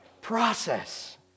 Process